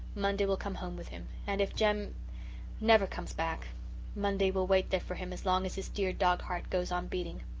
monday will come home with him and if jem never comes back monday will wait there for him as long as his dear dog heart goes on beating.